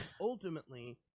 ultimately